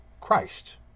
Christ